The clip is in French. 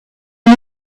aux